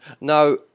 Now